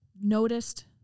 noticed